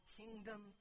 kingdom